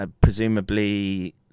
Presumably